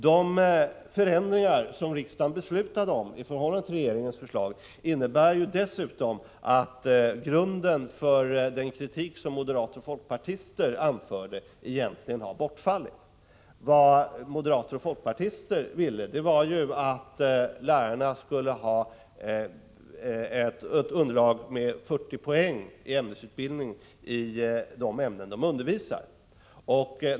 De förändringar i förhållande till regeringens förslag som riksdagen beslutade om innebär dessutom att grunden för den kritik som moderater och folkpartister anförde egentligen har bortfallit. Moderater och folkpartister ville att lärarna skulle ha 40 poäng i botten på sin ämnesutbildning i de ämnen som de skall undervisa i.